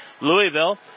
Louisville